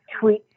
tweet